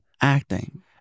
acting